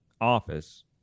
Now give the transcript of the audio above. office